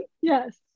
Yes